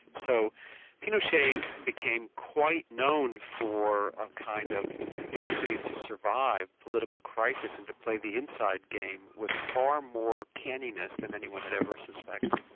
so pinochet became quite known for a kind of capacity to survive political crisis and to play the inside game with far more canniness than anyone had ever suspected.